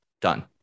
Done